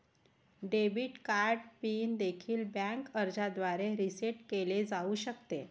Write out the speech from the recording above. debit card PIN देखील bank अर्जाद्वारे reset केले जाऊ शकते